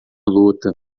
luta